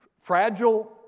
Fragile